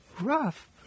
rough